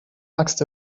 axt